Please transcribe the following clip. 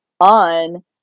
on